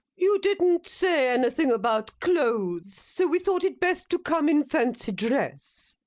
you didn't say anything about clothes so we thought it best to come in fancy dress.